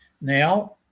Now